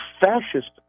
fascist